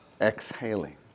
exhaling